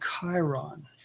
Chiron